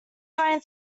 going